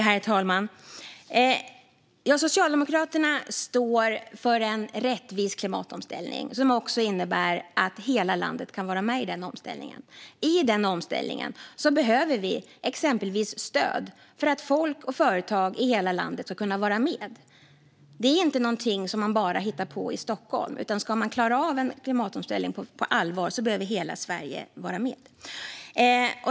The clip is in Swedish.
Herr talman! Socialdemokraterna står för en rättvis klimatomställning. Det innebär också att hela landet kan vara med i den omställningen. I den omställningen behöver vi exempelvis stöd för att folk och företag i hela landet ska kunna vara med. Detta är inte någonting som man bara hittar på i Stockholm. Ska man klara av en klimatomställning på allvar behöver hela Sverige vara med.